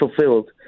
fulfilled